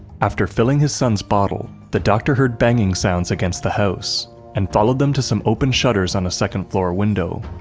after filling his son's bottle, the doctor heard banging sounds against the house and followed them to some open shutters on a second-floor window.